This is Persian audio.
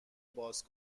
باز